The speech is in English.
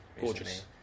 Gorgeous